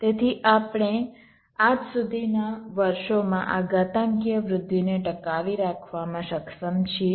તેથી આપણે આજ સુધીના વર્ષોમાં આ ઘાતાંકીય વૃદ્ધિને ટકાવી રાખવામાં સક્ષમ છીએ